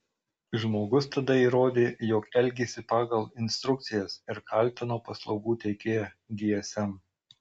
žmogus tada įrodė jog elgėsi pagal instrukcijas ir kaltino paslaugų teikėją gsm